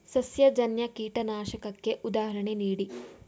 ಸಸ್ಯಜನ್ಯ ಕೀಟನಾಶಕಕ್ಕೆ ಉದಾಹರಣೆ ನೀಡಿ?